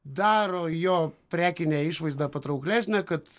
daro jo prekinę išvaizdą patrauklesnę kad